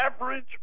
average